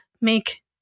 make